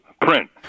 print